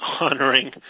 honoring